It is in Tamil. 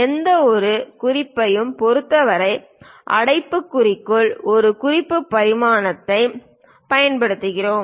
எந்தவொரு குறிப்பையும் பொறுத்தவரை அடைப்புக்குறிக்குள் ஒரு குறிப்பு பரிமாணத்தைப் பயன்படுத்துகிறோம்